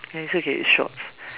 and it's okay it's short